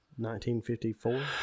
1954